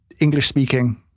English-speaking